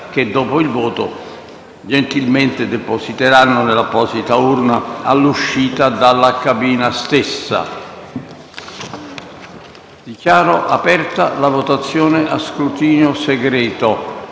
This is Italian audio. che, dopo il voto, gentilmente depositeranno nell'apposita urna all'uscita dalla cabina stessa. Dichiaro aperta la votazione a scrutinio segreto.